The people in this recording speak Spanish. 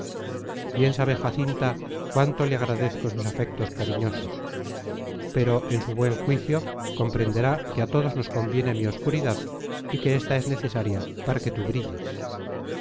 bien sabe jacinta cuánto le agradezco sus afectos cariñosos pero en su buen juicio comprenderá que a todos nos conviene mi obscuridad y que esta es necesaria para que tú brilles